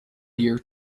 year